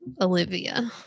Olivia